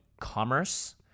Commerce